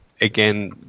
again